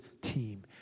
team